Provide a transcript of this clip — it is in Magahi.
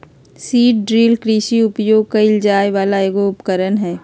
सीड ड्रिल कृषि में उपयोग कइल जाय वला एगो उपकरण हइ